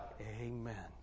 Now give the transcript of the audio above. Amen